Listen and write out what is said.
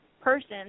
person